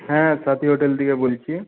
হ্যাঁ সাথি হোটেল থেকে বলছি